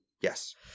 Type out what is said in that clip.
Yes